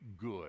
good